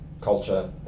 culture